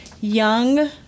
young